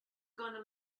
gonna